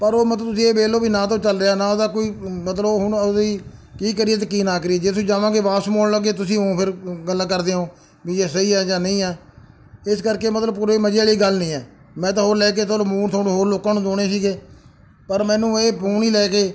ਪਰ ਉਹ ਮਤਲਬ ਤੁਸੀਂ ਇਹ ਵੇਖ ਲਓ ਵੀ ਨਾ ਤਾਂ ਉਹ ਚੱਲ ਰਿਹਾ ਨਾ ਉਹਦਾ ਕੋਈ ਮਤਲਬ ਹੁਣ ਉਹਦਾ ਕੀ ਕਰੀਏ ਅਤੇ ਕੀ ਨਾ ਕਰੀਏ ਜੇ ਤੁਸੀਂ ਚਾਹੋਗੇ ਵਾਪਸ ਮੋੜ ਲਓਗੇ ਤੁਸੀਂ ਊਂ ਫਿਰ ਗੱਲਾਂ ਕਰਦੇ ਹੋ ਵੀ ਜੇ ਸਹੀ ਹੈ ਜਾਂ ਨਹੀਂ ਆ ਇਸ ਕਰਕੇ ਮਤਲਬ ਪੂਰੇ ਮਜ਼ੇ ਵਾਲੀ ਗੱਲ ਨਹੀਂ ਹੈ ਮੈਂ ਤਾਂ ਹੋਰ ਲੈ ਕੇ ਤੁਹਾਨੂੰ ਫੂਨ ਤੁਹਾਨੂੰ ਹੋਰ ਲੋਕਾਂ ਨੂੰ ਦਿਵਾਉਣੇ ਸੀਗੇ ਪਰ ਮੈਨੂੰ ਇਹ ਫੋਨ ਹੀ ਲੈ ਕੇ